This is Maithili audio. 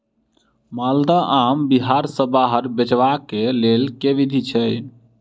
माल्दह आम बिहार सऽ बाहर बेचबाक केँ लेल केँ विधि छैय?